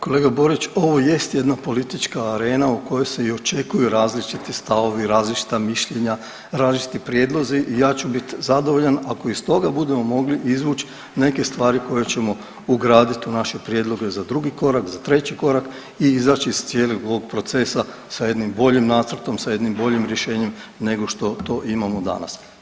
Kolega Borić ovo jest jedna politička arena u kojoj se i očekuju različiti stavovi i različita mišljenja, različiti prijedlozi i ja ću biti zadovoljan ako iz toga budemo mogli izvući neke stvari koje ćemo ugraditi naše prijedloge za drugi korak, za treći korak i izaći iz cijelog ovog procesa sa jednim boljim nacrtom, sa jednim boljem rješenjem nego što to imamo danas.